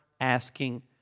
asking